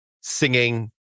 singing